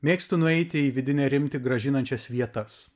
mėgstu nueiti į vidinę rimtį grąžinančias vietas